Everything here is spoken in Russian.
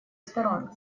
сторон